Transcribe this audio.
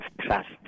trust